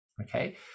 Okay